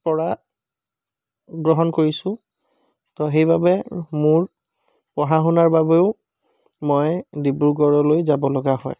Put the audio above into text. পৰা গ্ৰহণ কৰিছোঁ তো সেইবাবে মোৰ পঢ়া শুনাৰ বাবেও মই ডিব্ৰুগড়লৈ যাব লগা হয়